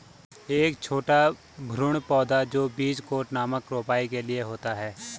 एक छोटा भ्रूण पौधा जो बीज कोट नामक रोपाई के लिए होता है